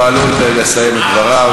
תני לחבר הכנסת בהלול לסיים את דבריו.